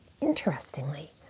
Interestingly